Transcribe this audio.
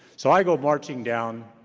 so i go marching down,